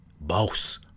boss